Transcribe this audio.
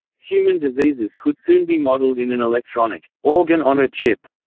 human diseases could soon be modeled in an electronic organ-on-a-chip,